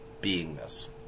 beingness